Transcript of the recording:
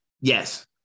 Yes